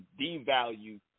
devalue